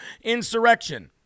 insurrection